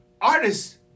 artists